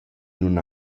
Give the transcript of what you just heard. nun